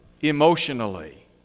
emotionally